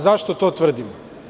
Zašto to tvrdim?